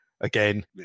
again